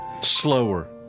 Slower